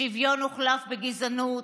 שוויון הוחלף בגזענות,